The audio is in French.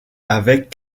avec